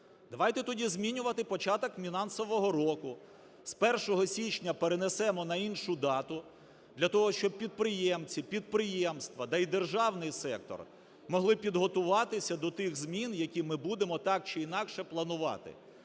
Давайте тоді змінювати початок фінансового року: з 1 січня перенесемо на іншу дату для того, щоб підприємці, підприємства та й державний сектор могли підготуватися до тих змін, які ми будемо так чи інакше планувати.